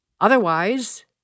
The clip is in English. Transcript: Otherwise